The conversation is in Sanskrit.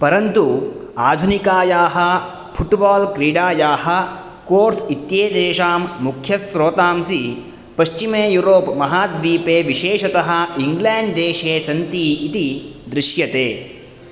परन्तु आधुनिकायाः फुट्बाल् क्रीडायाः कोर्स् इत्येतेषां मुख्यस्रोतांसि पश्चिमे यूरोप् महाद्वीपे विशेषतः इङ्ग्लेण्ड् देशे सन्ति इति दृश्यते